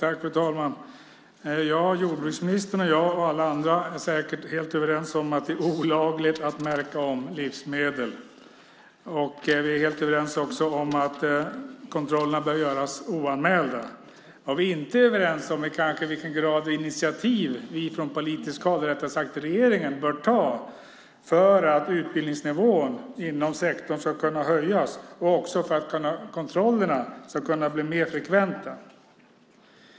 Fru talman! Jordbruksministern, alla andra och jag är säkert helt överens om att det är olagligt att märka om livsmedel. Vi är också helt överens om att det bör göras oanmälda kontroller. Vad vi inte är överens om är vilka initiativ vi från politiskt håll - regeringen - bör ta för att utbildningsnivån inom sektorn ska höjas och också för att kontrollerna ska bli mer frekventa.